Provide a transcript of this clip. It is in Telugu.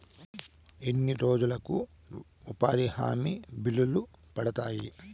ఎన్ని రోజులకు ఉపాధి హామీ బిల్లులు పడతాయి?